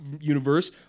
universe